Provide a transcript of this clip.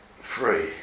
free